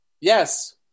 yes